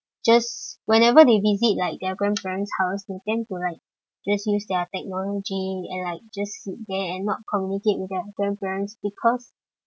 whenever they visit like their grandparents' house the tend to like just use their technology and like just sit there and not communicate with their grandparents because